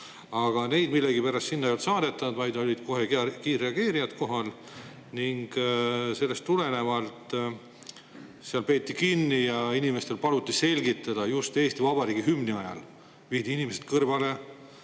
Aga neid millegipärast sinna ei olnud saadetud, vaid olid kohe kiirreageerijad kohal. Ning sellest tulenevalt seal peeti inimesi kinni ja neil paluti selgitada. Just Eesti Vabariigi hümni ajal viidi inimesed kõrvale